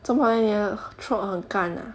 做么 leh 你的 throat 很干 ah